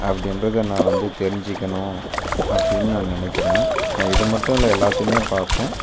அப்படின்றத நான் வந்து தெரிஞ்சுக்கணும் அப்படின்னு நான் நினைக்கிறேன் நான் இது மட்டும் இல்லை எல்லாத்தையுமே பார்ப்பேன்